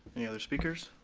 any other speakers?